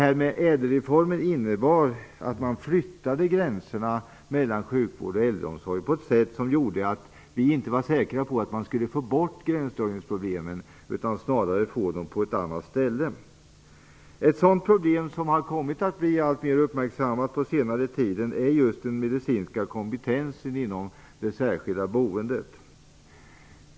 ÄDEL reformen innebar att man flyttade gränserna mellan sjukvård och äldreomsorg på ett sätt som gjorde att vi inte var säkra på att man skulle få bort gränsdragningsproblemen. Det fanns risk att man i stället skulle få dem på ett annat ställe. Ett sådant problem, som kommit att bli alltmer uppmärksammat på senare tid, är just den medicinska kompetensen inom det särskilda boendet.